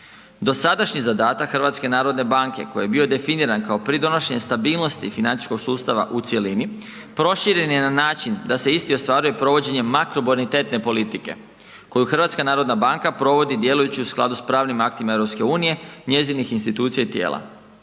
Dosadašnji zadatak HNB-a koji je bio definiran kao pridonošenje stabilnosti i financijskog sustava u cjelini, proširen je na način da se isti ostvaruje provođenjem makrobonitetne politike koju HNB provodi djelujući u skladu sa pravnim aktima EU-a, njezinih institucija i tijela.